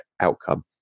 outcome